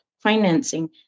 financing